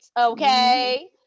okay